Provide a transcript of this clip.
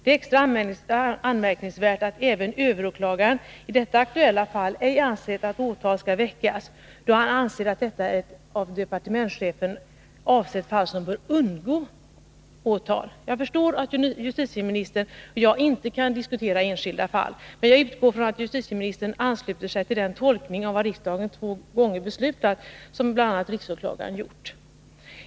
Det är extra anmärkningsvärt att även överåklagaren i detta aktuella fall ej ansett att åtal skall väckas, då han anser att detta är ett av departementschefen avsett fall som bör undgå åtal. Jag förstår att justitieministern och jag inte kan diskutera enskilda fall, men jag utgår från att justitieministern ansluter sig till den tolkning av vad riksdagen två gånger beslutat som bl.a. riksåklagaren gjort.